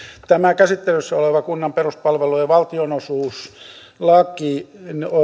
tämä käsittelyssä oleva kunnan peruspalvelujen valtionosuuslaki